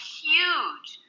huge